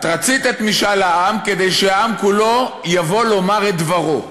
את רצית את משאל העם כדי שהעם כולו יבוא לומר את דברו,